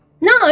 No